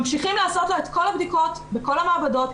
ממשיכים לעשות לו את כל הבדיקות בכל המעבדות.